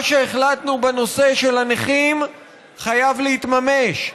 מה שהחלטנו בנושא של הנכים חייב להתממש,